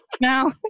now